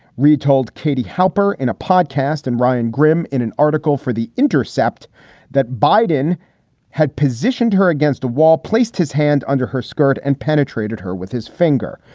retold katie halper in a podcast and ryan grim in an article for the intercept that biden had positioned her against a wall, placed his hand under her skirt, and penetrated her with his finger.